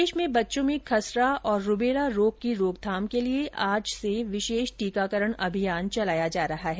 प्रदेश में बच्चों में खसरा और रूबेला रोग की रोकथाम के लिए आज से विशेष टीकाकरण अभियान चलाया जा रहा है